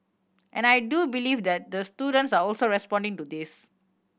and I do believe the the students are also responding to this